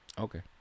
Okay